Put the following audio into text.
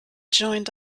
joined